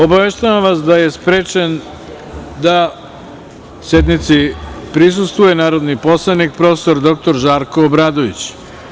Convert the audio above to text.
Obaveštavam vas da je sprečen da sednici prisustvuje narodni poslanik prof. dr Žarko Obradović.